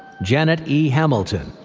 janet e. hamilton.